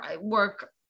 work